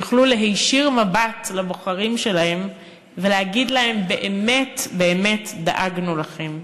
יכלו להישיר מבט לבוחרים שלהם ולהגיד להם: באמת באמת דאגנו לכם.